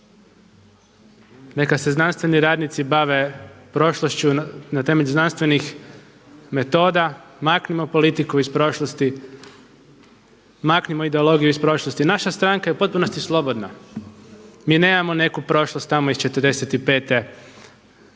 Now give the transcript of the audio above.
neka se znanstveni radnici bave prošlošću na temelju znanstvenih metoda. Maknimo politiku iz prošlosti, maknimo ideologiju iz prošlosti. Naša stranka je u potpunosti slobodna. Mi nemamo neku prošlost tamo iz '45. Nama